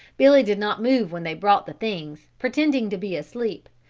billy did not move when they brought the things, pretending to be asleep,